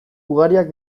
ugariak